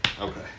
Okay